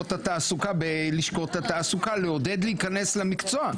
במקומות התעסוקה בלשכות התעסוקה לעודד להיכנס למקצוע,